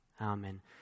Amen